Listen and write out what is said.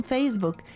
Facebook